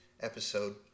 episode